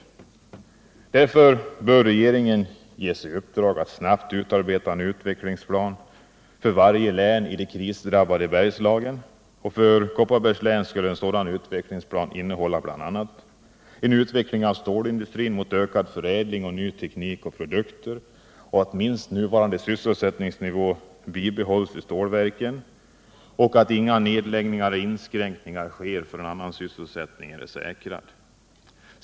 Regeringen bör därför ges i uppdrag att snabbt utarbeta en utvecklingsplan för varje län i det krisdrabbade Bergslagen. För Kopparbergs län skulle en sådan utvecklingsplan innehålla: —- Utveckling av stålindustrin med ökad förädling, ny teknik och nya produkter. Minst nuvarande sysselsättningsnivå skall bibehållas i stålverken. Inga nedläggningar eller inskränkningar förrän annan sysselsättning är säkrad.